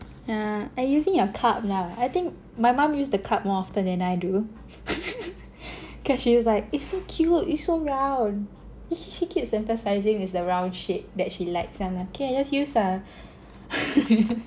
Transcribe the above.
yeah I'm using your card now I think my mum use the card more often than I do cause she is like it's so cute it's so round and then she still keeps emphasising it's the round shape that she likes and I'm like okay just use lah